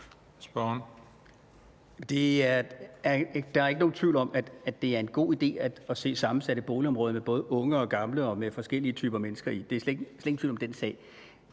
Der er ikke nogen tvivl om, at det er en god idé at se på sammensatte boligområder med både unge og gamle og med forskellige typer mennesker i. Der er slet ingen tvivl om den sag.